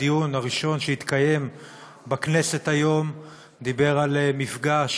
הדיון הראשון שהתקיים בכנסת היום דיבר על מפגש